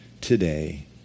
today